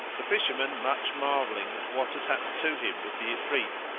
the fisherman, much marvelling at what had happened to him with the ifrit,